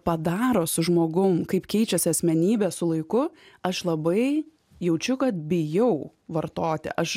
padaro su žmogum kaip keičiasi asmenybė su laiku aš labai jaučiu kad bijau vartoti aš